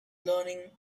learning